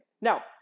Now